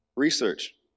Research